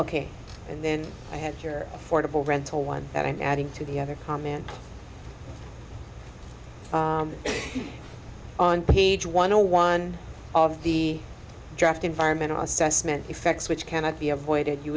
ok and then i had your affordable rental one that i'm adding to the other comment on page one or one of the draft environmental assessment effects which cannot be avoided you